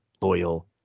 loyal